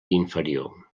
inferior